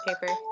paper